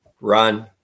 Run